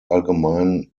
allgemein